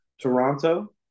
Toronto